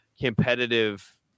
competitive